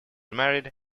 married